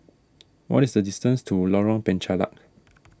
what is the distance to Lorong Penchalak